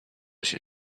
się